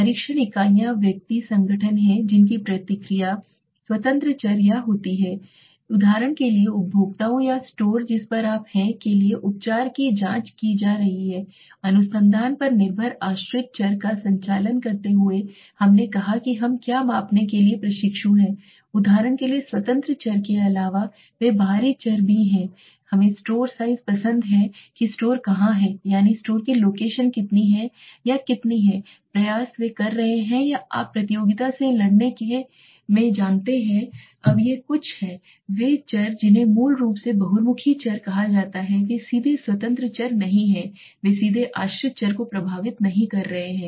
परीक्षण इकाइयाँ व्यक्ति संगठन हैं जिनकी प्रतिक्रिया स्वतंत्र चर या होती है उदाहरण के लिए उपभोक्ताओं या स्टोर जिस पर आप हैं के लिए उपचार की जांच की जा रही हैअनुसंधान पर निर्भर आश्रित चर का संचालन करते हुए हमने कहा कि हम क्या मापने के लिए प्रशिक्षु हैं उदाहरण के लिए स्वतंत्र चर के अलावा वे बाहरी चर भी हैं हमें स्टोर साइज़ पसंद है कि स्टोर कहाँ है यानी स्टोर की लोकेशन कितनी है या कितनी है प्रयास वे कर रहे हैं या आप प्रतियोगिता से लड़ने में जानते हैं अब ये कुछ हैं वे चर जिन्हें मूल रूप से बहिर्मुखी चर कहा जाता है वे सीधे स्वतंत्र चर नहीं हैं वे सीधे आश्रित चर को प्रभावित नहीं कर रहे हैं